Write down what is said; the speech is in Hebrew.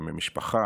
משפחה,